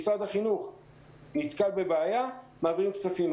משרד החינוך נתקל בבעיה מעבירים כספים.